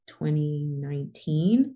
2019